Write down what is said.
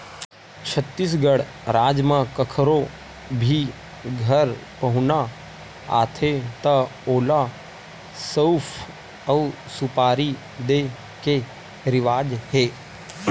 छत्तीसगढ़ राज म कखरो भी घर पहुना आथे त ओला सउफ अउ सुपारी दे के रिवाज हे